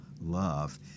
love